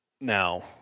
Now